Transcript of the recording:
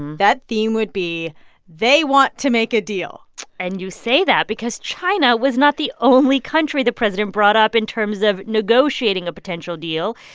that theme would be they want to make a deal and you say that because china was not the only country the president brought up in terms of negotiating a potential deal.